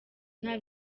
nta